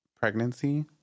pregnancy